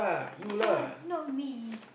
that's why not me